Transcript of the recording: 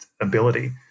ability